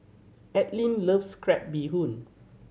Allean loves crab bee hoon